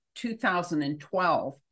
2012